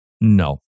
No